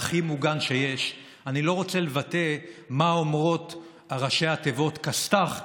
"הכי מוגן שיש" אני לא רוצה לבטא מה אומרות ראשי התיבות כסת"ח,